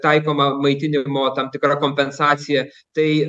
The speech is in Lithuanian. taikoma maitinimo tam tikra kompensacija tai